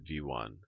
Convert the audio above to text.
V1